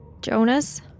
Jonas